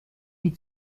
wie